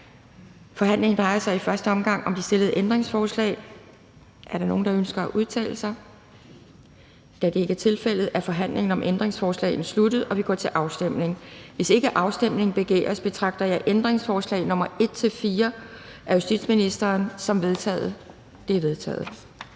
Forhandlingen drejer sig i første omgang om de stillede ændringsforslag. Er der nogen, der ønsker at udtale sig? Da det ikke er tilfældet, er forhandlingen sluttet, og vi går til afstemning. Kl. 12:14 Afstemning Formanden (Henrik Dam Kristensen): Hvis ikke afstemning begæres, betragter jeg ændringsforslag nr. 1 og 2 af beskæftigelsesministeren som vedtaget. De er vedtaget.